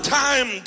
time